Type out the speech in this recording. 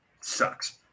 sucks